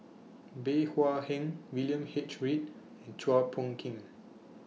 Bey Hua Heng William H Read and Chua Phung Kim